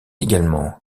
également